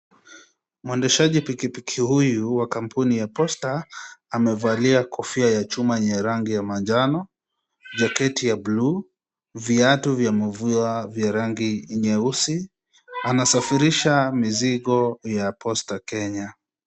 Mwendeshaji pikipiki huyu wa kampuni ya Posta, amevalia kofia ya chuma yenye rangi ya manjano, jaketi ya bluu, viatu vya mvua vya rangi nyeusi. Anasafirisha mizigo ya Posta Kenya.